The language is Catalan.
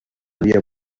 via